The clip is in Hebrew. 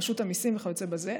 רשות המיסים וכיוצא בזה,